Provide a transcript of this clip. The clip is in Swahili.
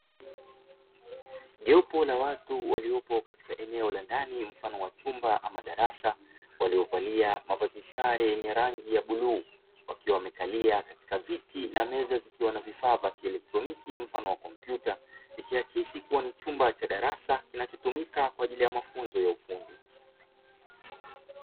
Jopo la watu waliopo katika eneo la ndani mfano wa chumba ama darasa, waliovalia mavazi sare yenye rangi ya bluu wakiwa wamekalia katika viti na meza zikiwa na vifaa vya kielektroniki mfano wa kompyuta, ikiakisi kuwa ni chumba cha darasa kinachotumika kwaajili ya mafunzo ya ufundi.